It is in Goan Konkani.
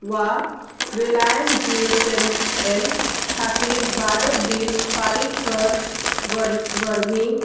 वा Reliance G S M M खातीर भारत बील फारीक कर वर वरवीं